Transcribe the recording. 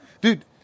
Dude